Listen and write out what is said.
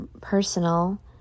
personal